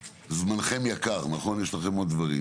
זמנכם יקר נכון יש לכם עוד דברים?